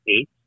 eight